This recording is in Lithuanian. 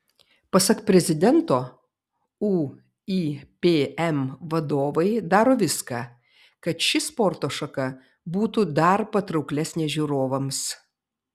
pasak prezidento uipm vadovai daro viską kad ši sporto šaka būtų dar patrauklesnė žiūrovams